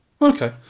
Okay